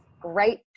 great